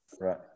Right